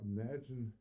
Imagine